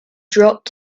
dropped